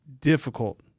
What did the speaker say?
difficult